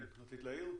כן, רצית להעיר?